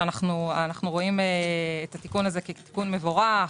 שאנחנו רואים את התיקון הזה כתיקון מבורך,